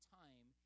time